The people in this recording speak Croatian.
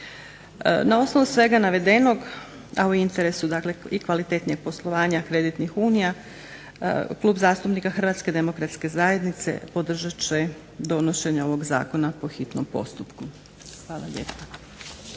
Na osnovu svega navedenog, a u interesu dakle i kvalitetnijeg poslovanja kreditnih unija Klub zastupnika HDZ-a podržat će donošenje ovog zakona po hitnom postupku. Hvala lijepo.